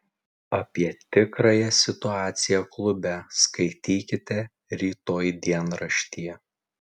apie tikrąją situaciją klube skaitykite rytoj dienraštyje